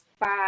five